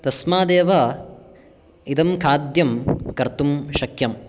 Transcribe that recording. तस्मादेव इदं खाद्यं कर्तुं शक्यम्